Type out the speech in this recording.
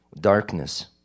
darkness